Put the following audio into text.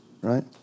right